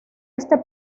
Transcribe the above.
este